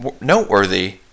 noteworthy